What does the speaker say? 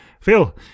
Phil